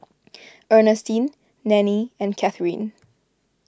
Ernestine Nannie and Catharine